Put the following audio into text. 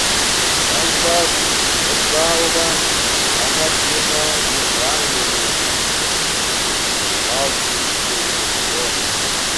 rankas ir galvą panardino į vandenį su plaukiojančiu ižu